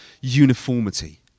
uniformity